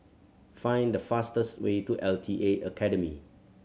find the fastest way to L T A Academy